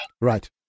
Right